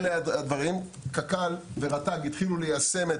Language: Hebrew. קק"ל ורט"ג התחילו ליישם,